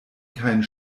keinen